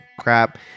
crap